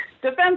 defense